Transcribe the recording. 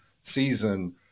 season